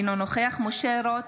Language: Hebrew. אינו נוכח משה רוט,